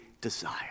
desire